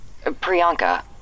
priyanka